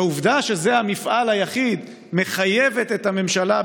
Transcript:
העובדה שזה המפעל היחיד מחייבת את הממשלה,